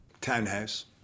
townhouse